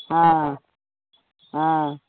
हँ हँ